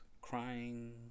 crying